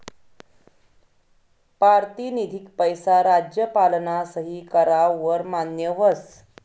पारतिनिधिक पैसा राज्यपालना सही कराव वर मान्य व्हस